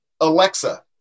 Alexa